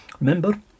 remember